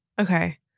Okay